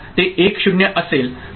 ते 1 0 असेल तर ते सेट केले आहे